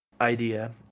idea